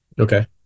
Okay